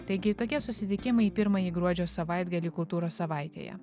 taigi tokie susitikimai pirmąjį gruodžio savaitgalį kultūros savaitėje